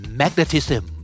magnetism